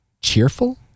cheerful